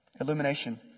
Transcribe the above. Illumination